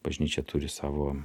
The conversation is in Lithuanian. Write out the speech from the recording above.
bažnyčia turi savo